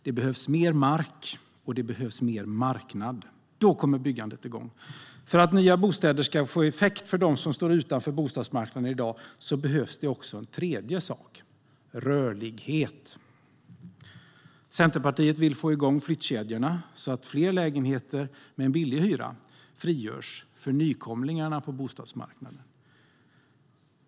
Det behövs mer mark, och det behövs mer marknad. Då kommer byggandet igång. För att nya bostäder ska få effekt för dem som står utanför bostadsmarknaden i dag behövs det också en tredje sak: rörlighet. Centerpartiet vill få igång flyttkedjorna, så att fler lägenheter med låg hyra frigörs för nykomlingarna på bostadsmarknaden.